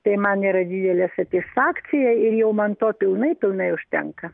tai man yra didelė satisfakcija ir jau man to pilnai pilnai užtenka